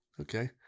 Okay